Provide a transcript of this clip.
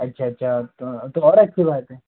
अच्छा अच्छा तो तो और अच्छी बात है